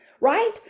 right